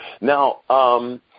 Now